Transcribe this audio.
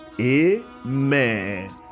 Amen